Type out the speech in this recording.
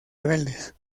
rebeldes